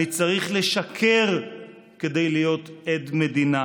אני צריך לשקר כדי להיות עד מדינה,